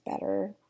better